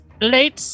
late